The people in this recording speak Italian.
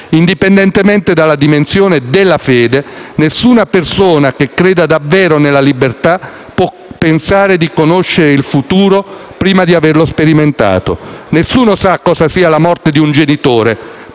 Indipendentemente dalla dimensione della fede, nessuna persona che creda davvero nella libertà può pensare di conoscere il futuro prima di averlo sperimentato. Nessuno sa cosa sia la morte di un genitore